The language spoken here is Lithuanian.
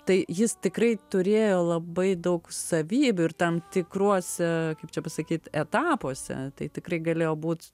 tai jis tikrai turėjo labai daug savybių ir tam tikruose kaip čia pasakyt etapuose tai tikrai galėjo būt